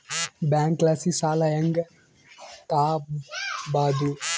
ಬ್ಯಾಂಕಲಾಸಿ ಸಾಲ ಹೆಂಗ್ ತಾಂಬದು?